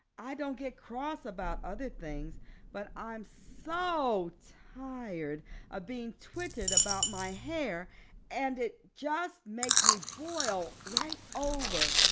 i don't get cross about other things but i'm so tired of being twitted about my hair and it just makes me boil right over.